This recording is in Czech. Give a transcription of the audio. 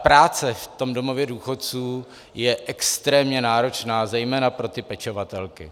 Práce v tom domově důchodců je extrémně náročná, zejména pro pečovatelky.